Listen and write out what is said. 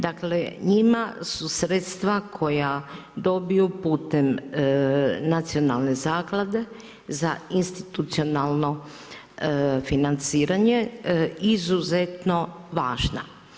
Dakle njima su sredstva koja dobiju putem Nacionalne zaklade za institucionalno financiranje izuzetno važna.